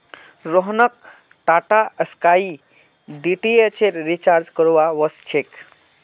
रोहनक टाटास्काई डीटीएचेर रिचार्ज करवा व स छेक